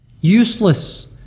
useless